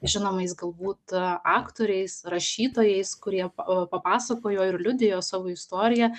žinomais galbūt aktoriais rašytojais kurie papasakojo ir liudijo savo istoriją